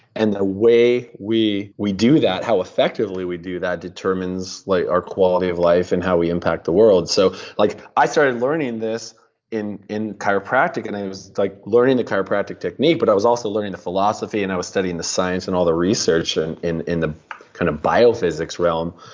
and the ah way we we do that, how effectively we do that, determines like our quality of life and how we impact the world so like i started learning this in in chiropractic, and i was like learning the chiropractic technique, but i was also learning the philosophy, and i was studying the science and all the research research in in the kind of biophysics realm,